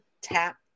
tap